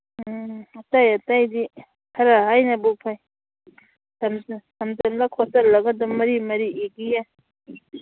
ꯎꯝ ꯑꯇꯩ ꯑꯇꯩꯗꯤ ꯈꯔ ꯍꯥꯏꯅꯕꯨ ꯐꯩ ꯁꯝꯖꯤꯜꯂ ꯈꯣꯠꯆꯜꯂꯒ ꯑꯗꯨꯝ ꯃꯔꯤ ꯃꯔꯤ ꯏꯈꯤ ꯌꯥꯏ